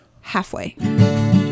Halfway